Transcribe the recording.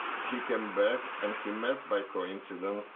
he came back and he met, by coincidence,